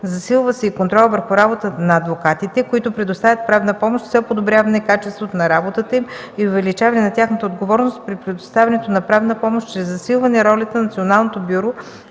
Засилва се и контролът върху работата на адвокатите, които предоставят правна помощ с цел подобряване качеството на работата им и увеличаване на тяхната отговорност при предоставянето на правна помощ чрез засилване ролята на Националното бюро,